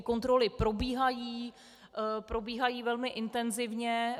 Kontroly probíhají, probíhají velmi intenzivně.